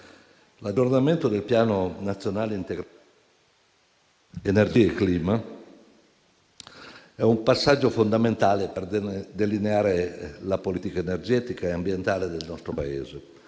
L'aggiornamento del Piano nazionale integrato per l'energia e il clima è un passaggio fondamentale per delineare la politica energetica e ambientale del nostro Paese